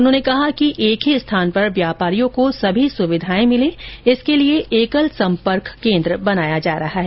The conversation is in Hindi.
उन्होंने कहा कि एक स्थान पर व्यापारियों को सभी सुविधाएं मिले इसके लिए एकल संपर्क केंद्र स्थापित किया जा रहा है